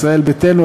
ישראל ביתנו,